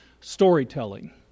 storytelling